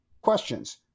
questions